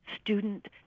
student